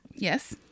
Yes